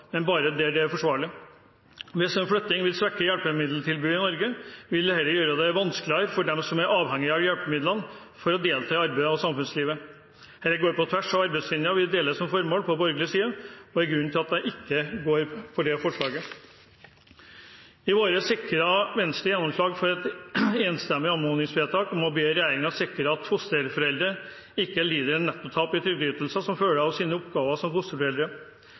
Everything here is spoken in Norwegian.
men bare der det er forsvarlig. Hvis en flytting vil svekke hjelpemiddeltilbudet i Norge, vil dette gjøre det vanskeligere for dem som er avhengige av hjelpemidlene, å delta i arbeids- og samfunnslivet. Det går på tvers av arbeidslinjen vi deler som formål på borgerlig side, og er grunnen til at jeg ikke går for det forslaget. I vår sikret Venstre gjennomslag for et enstemmig anmodningsvedtak om å be regjeringen sikre at fosterforeldre ikke lider et nettotap i trygdeytelser som følge av sine oppgaver som fosterforeldre.